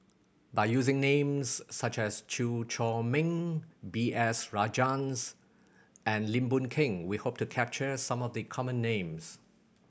by using names such as Chew Chor Meng B S Rajhans and Lim Boon Keng we hope to capture some of the common names